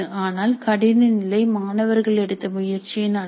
ஆனால் கடின நிலை மாணவர்கள் எடுத்த முயற்சியின் அளவை